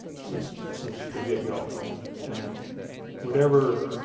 since, since the get go and whatever,